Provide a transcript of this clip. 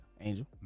Angel